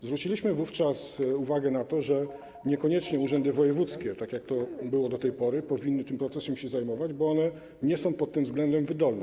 Zwróciliśmy wówczas uwagę na to, że niekoniecznie urzędy wojewódzkie, tak jak to było do tej pory, powinny tym procesem się zajmować, bo one nie są pod tym względem wydolne.